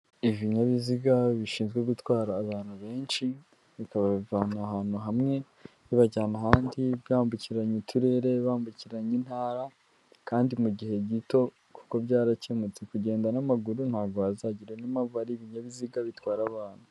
Ibinyabiziga bishinzwe gutwara abantu benshi, bikababivana ahantu hamwe bibajyana ahandi, byambukiranya uturere, bambukiranya intara, kandi mu gihe gito kuko byarakemutse kugenda n'amaguru, ntabwo wazagerayo niyo mpamvu hari ibinyabiziga bitwara abantu.